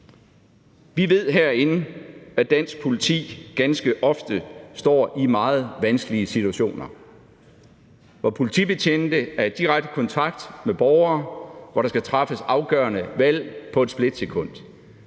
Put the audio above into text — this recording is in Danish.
Vi ved herinde, at dansk politi ganske ofte står i meget vanskelige situationer, hvor politibetjente er i direkte kontakt med borgere, hvor der skal træffes afgørende valg på et splitsekund.